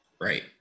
Right